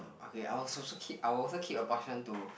okay I will also keep I will also keep a portion to